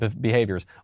behaviors